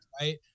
right